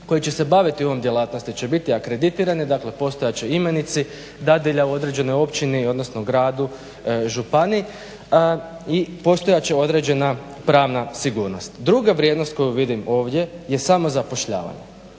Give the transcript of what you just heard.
koji će se baviti ovom djelatnosti će biti akreditirani, dakle postojat će imenici dadilja u određenoj općini, odnosno gradu, županija i postojat će određena pravna sigurnost. Druga vrijednost koju vidim ovdje je samozapošljavanje.